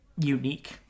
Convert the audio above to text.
unique